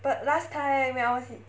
but last time when I was in